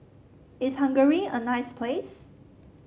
is Hungary a nice place